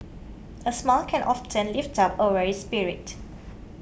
a smile can often lift up a weary spirit